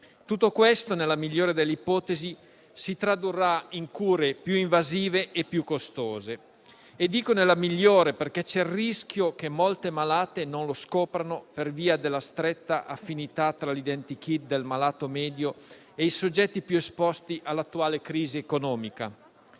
Tutto questo, nella migliore delle ipotesi, si tradurrà in cure più invasive e più costose e dico nella migliore delle ipotesi, perché c'è il rischio che molte malate non scoprano il tumore per via della stretta affinità tra l'identikit del malato medio e i soggetti più esposti all'attuale crisi economica.